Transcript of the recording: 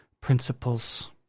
principles